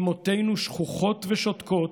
אימותינו שחוחות ושותקות,